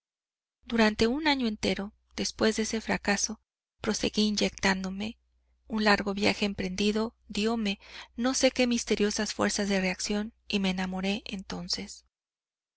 durante un año entero después de ese fracaso proseguí inyectándome un largo viaje emprendido dióme no sé qué misteriosas fuerzas de reacción y me enamoré entonces